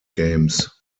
games